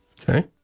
Okay